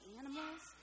animals